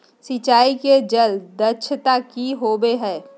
सिंचाई के जल दक्षता कि होवय हैय?